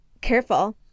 Careful